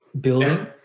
building